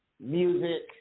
music